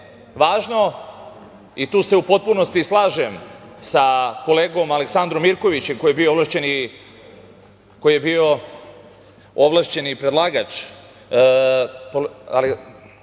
važno i tu se u potpunosti slažem sa kolegom Aleksandrom Mirkovićem koji je bio ovlašćeni predlagač